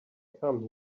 come